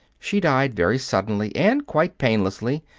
she died very suddenly and quite painlessly.